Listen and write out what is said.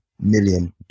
million